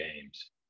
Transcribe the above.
games